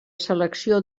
selecció